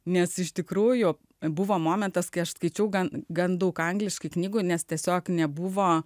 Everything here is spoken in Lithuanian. nes iš tikrųjų buvo momentas kai aš skaičiau gan gan daug angliškų knygų nes tiesiog nebuvo